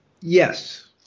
Yes